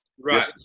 right